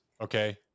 Okay